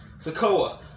Sakoa